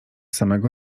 samego